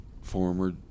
former